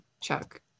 Chuck